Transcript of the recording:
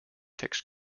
text